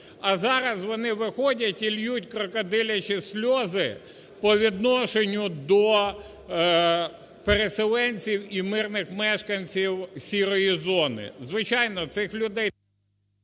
а зараз вони виходять і ллють крокодилячі сльози по відношенню до переселенців і мирних мешканців "сірої зони". Звичайно, цих людей…